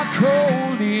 cold